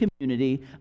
community